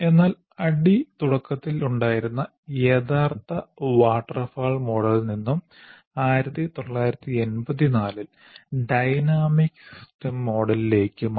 എന്നാൽ ADDIE തുടക്കത്തിൽ ഉണ്ടായിരുന്ന യഥാർത്ഥ വാട്ടർഫാൾ മോഡലിൽ നിന്നും 1984 ൽ ഡൈനാമിക് സിസ്റ്റം മോഡലിലേക്ക് മാറി